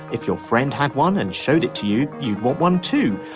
if your friend had one and showed it to you. you want one too.